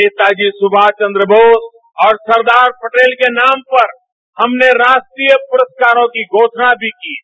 नेताजी सुमाष चन्द्र बोस और सरदार पटेल के नाम पर हमने राष्ट्रीय पुरस्कारों की भी घोषणा की है